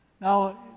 Now